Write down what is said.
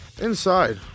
inside